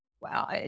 wow